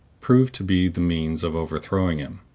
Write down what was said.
proved to be the means of overthrowing him.